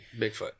Bigfoot